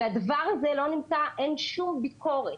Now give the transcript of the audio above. אין שום ביקורת,